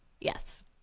Yes